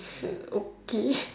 okay